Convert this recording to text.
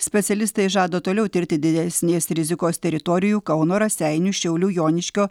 specialistai žada toliau tirti didesnės rizikos teritorijų kauno raseinių šiaulių joniškio